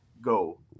go